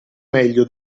meglio